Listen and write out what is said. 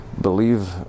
believe